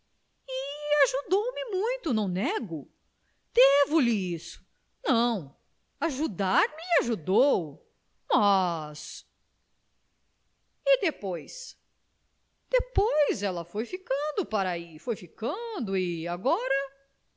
e ajudou me muito não nego devo-lhe isso não ajudar me ajudou mas e depois depois ela foi ficando para ai foi ficando e agora